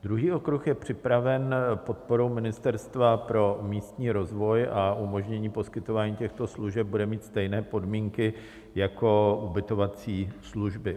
Druhý okruh je připraven podporou Ministerstva pro místní rozvoj a umožnění poskytování těchto služeb bude mít stejné podmínky jako ubytovací služby.